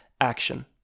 action